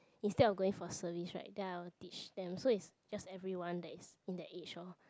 instead of going for service right then I will teach them so it's just everyone that is in that age lor